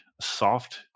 soft